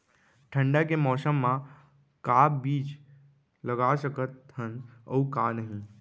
ठंडा के मौसम मा का का बीज लगा सकत हन अऊ का नही?